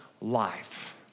life